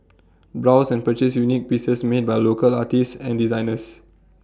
browse and purchase unique pieces made by local artists and designers